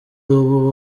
ubu